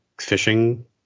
fishing